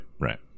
right